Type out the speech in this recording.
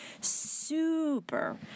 super